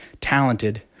talented